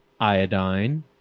iodine